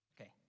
Okay